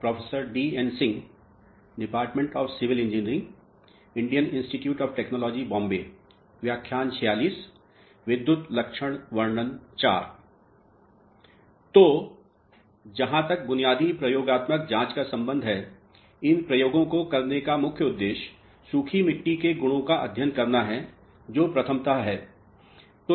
तो जहां तक बुनियादी प्रयोगात्मक जांच का संबंध है इन प्रयोगों को करने का मुख्य उद्देश्य सूखी मिट्टी के गुणों का अध्ययन करना है जो प्रथमतः है